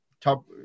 top